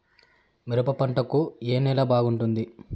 మిరప పంట కు ఏ నేల బాగుంటుంది?